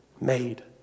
made